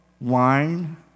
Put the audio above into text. Wine